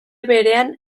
berean